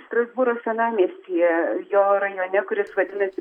strasbūro senamiestyje jo rajone kuris vadinasi